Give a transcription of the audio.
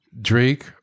Drake